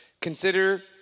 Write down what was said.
Consider